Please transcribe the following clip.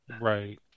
right